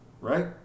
right